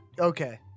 Okay